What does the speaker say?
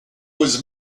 was